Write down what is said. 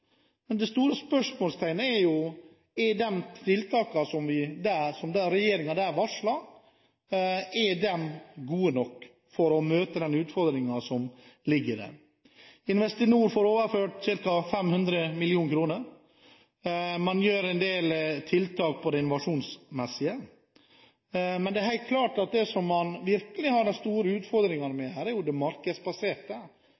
Men det store spørsmålet er jo: Er de tiltakene som regjeringen der varslet, gode nok for å møte de utfordringene som ligger der? Investinor får overført ca. 500 mill. kr. Man gjør en del tiltak når det gjelder innovasjon. Men det er helt klart at der man virkelig har de store utfordringene,